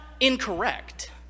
incorrect